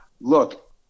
Look